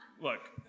look